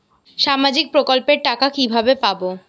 সামাজিক প্রকল্পের টাকা কিভাবে পাব?